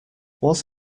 was